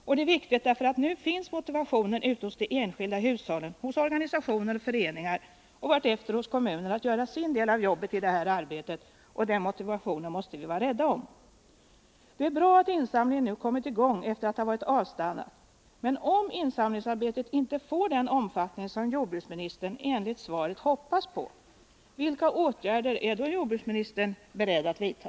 Och det är också viktigt därför att motivationen nu finns ute i de enskilda hushållen, i organisationer och föreningar — och så småningom kommer den också att finnas i kommunledningarna — att göra sin del av arbetet. Denna motivation måste vi vara rädda om. Det är bra att insamlingen nu har kommit i gång efter att ha varit avstannad. Men om insamlingsarbetet inte får den omfattning som jordbruksministern enligt svaret hoppas på, vill jag fråga vilka åtgärder jordbruksministern i så fall är beredd att vidta.